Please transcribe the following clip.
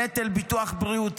נטל ביטוח בריאות?